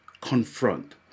confront